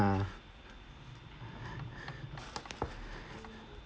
ha